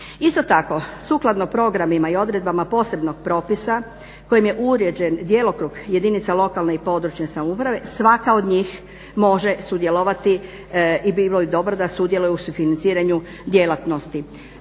Isto tako, sukladno programima i odredbama posebnog propisa kojim je uređen djelokrug jedinica lokalne i područne samouprave svaka od njih može sudjelovati i bilo bi dobro da sudjeluje u sufinanciranju djelatnosti.